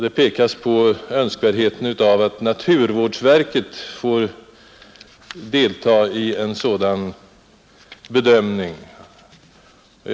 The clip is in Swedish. Det pekas på vikten av att naturvårdsverket får delta i sådana bedömningar.